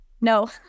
No